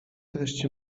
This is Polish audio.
treści